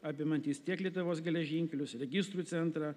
apimantys tiek lietuvos geležinkelius registrų centrą